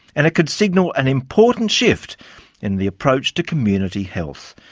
and it could signal an important shift in the approach to community health.